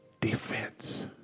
defense